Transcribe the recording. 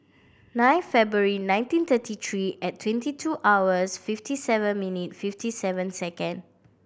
nine February nineteen thirty three at twenty two hours fifty seven minute fifty seven second